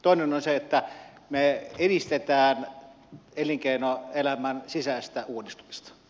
toinen on se että me edistämme elinkeinoelämän sisäistä uudistumista